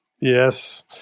Yes